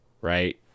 right